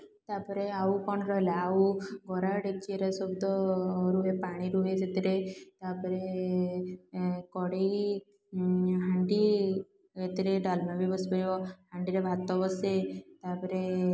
ତା'ପରେ ଆଉ କ'ଣ ରହିଲା ଆଉ ଗରା ଡେକ୍ଚି ଏ ଗୁରା ସବୁ ତ ରୁହେ ପାଣି ରୁହେ ସେଥିରେ ତା'ପରେ କଡ଼େଇ ହାଣ୍ଡି ଏଥିରେ ଡାଲମା ବି ବସିପାରିବ ହାଣ୍ଡିରେ ଭାତ ବସେ ତା'ପରେ